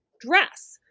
dress